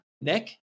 nick